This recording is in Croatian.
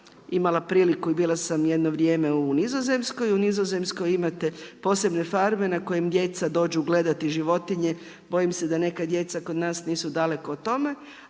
imala priliku i bila sam jedno vrijeme u Nizozemskoj, u Nizozemskoj imati posebne farme na kojima djeca dođu gledati životinje, bojim se da neka djeca kod nas nisu daleko o tome,